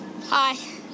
Hi